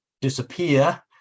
disappear